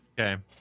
Okay